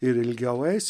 ir ilgiau eis